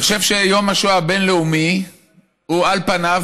אני חושב שיום השואה הבין-לאומי הוא על פניו,